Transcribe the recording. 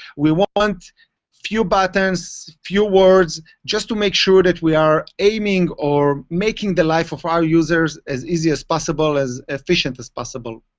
we'll want few buttons, few words, just to make sure that we are aiming or making the life of our users as easy as possible, as efficient as possible.